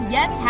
Yes